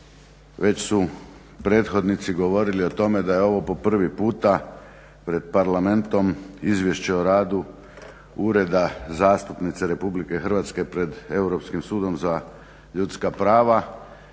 Već su prethodnici govorili o tome da je ovo po prvi puta pred parlamentom izvješće o radu ureda zastupnice RH pred Europskim sudom za ljudska prava